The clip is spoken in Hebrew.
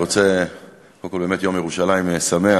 קודם כול, באמת יום ירושלים שמח.